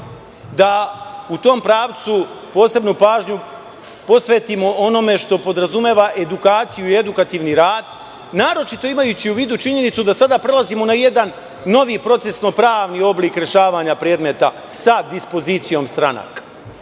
da u tom pravcu posebnu pažnju posvetimo onome što podrazumeva edukaciju i edukativni rad, naročito imajući u vidu činjenicu da sada prelazimo na jedan novi procesno-pravni oblik rešavanja predmeta sa dispozicijom stranaka. Dakle,